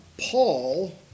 Paul